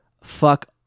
fuck